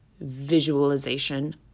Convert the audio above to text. visualization